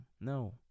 no